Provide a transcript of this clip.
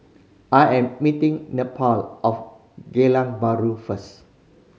I am meeting Neppie of Geylang Bahru first